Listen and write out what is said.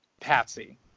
Patsy